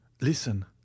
listen